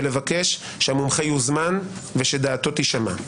ולבקש שהמומחה יוזמן ושדעתו תישמע.